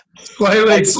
slightly